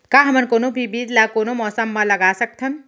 का हमन कोनो भी बीज ला कोनो मौसम म लगा सकथन?